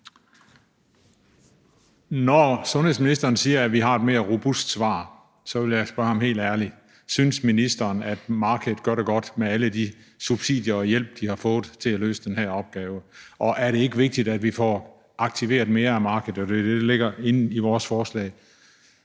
Når sundhedsministeren siger, at vi har et mere robust svar, vil jeg spørge ham: Synes ministeren helt ærligt, at markedet gøre det godt med alle de subsidier og al den hjælp, de har fået til at løse den her opgave? Og er det ikke vigtigt, at vi får aktiveret mere af markedet, hvilket er det, der ligger i vores forslag?